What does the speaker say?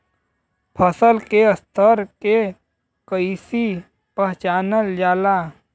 फसल के स्तर के कइसी पहचानल जाला